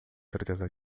certeza